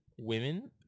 women